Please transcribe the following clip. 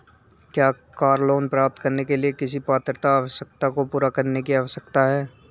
क्या car loan प्राप्त करने के लिए किसी पात्रता आवश्यकता को पूरा करने की आवश्यकता है?